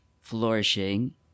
flourishing